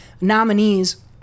nominees